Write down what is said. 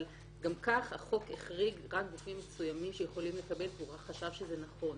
אבל גם כך החוק החריג רק גופים מסוימים שיכולים לקבל והוא חשב שזה נכון.